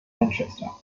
manchester